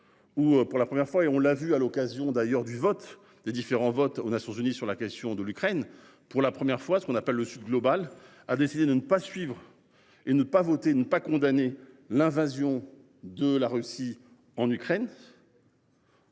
Où pour la première fois et on l'a vu à l'occasion d'ailleurs du vote des différents votes aux Nations unies sur la question de l'Ukraine. Pour la première fois ce qu'on appelle le Sud global a décidé de ne pas suivre et ne pas voter, ne pas condamner l'invasion de la Russie en Ukraine.